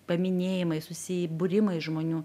paminėjimai susibūrimai žmonių